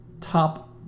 top –